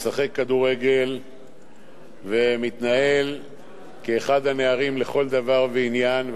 משחק כדורגל ומתנהל כאחד הנערים לכל דבר ועניין,